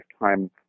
lifetime